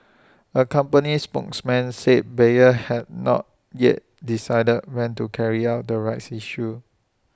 A company spokesman said Bayer had not yet decided when to carry out the rights issue